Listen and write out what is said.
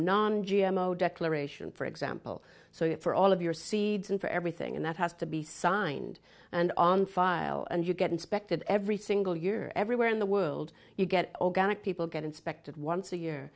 non g m o declaration for example so it for all of your seeds and for everything and that has to be signed and on file and you get inspected every single year everywhere in the world you get organic people get inspected once a year